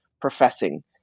professing